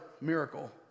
miracle